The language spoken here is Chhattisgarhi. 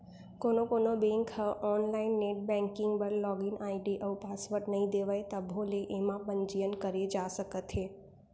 कोनो कोनो बेंक ह आनलाइन नेट बेंकिंग बर लागिन आईडी अउ पासवर्ड नइ देवय तभो ले एमा पंजीयन करे जा सकत हे